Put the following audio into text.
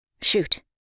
Shoot